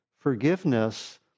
forgiveness